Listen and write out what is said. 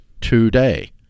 today